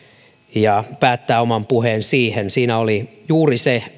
ja päättää oman puheeni siihen siinä oli juuri se